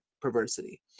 perversity